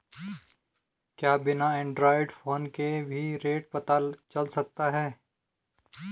क्या बिना android phone के भी रेट पता चल सकता है?